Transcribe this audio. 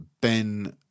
Ben